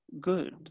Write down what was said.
good